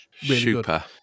super